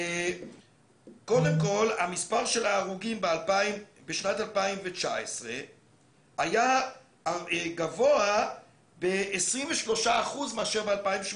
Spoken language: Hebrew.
קודם כול המספר של ההרוגים בשנת 2019 היה גבוה ב-23% מאשר ב-2018.